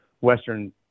western